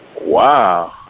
Wow